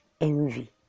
envy